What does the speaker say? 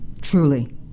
Truly